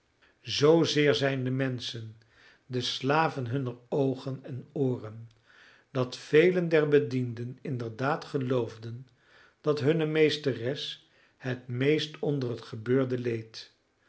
zoozeer zijn de menschen de slaven hunner oogen en ooren dat velen der bedienden inderdaad geloofden dat hunne meesteres het meest onder het gebeurde leed